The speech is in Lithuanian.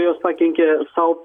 jos pakenkė sau